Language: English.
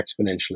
exponentially